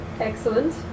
Excellent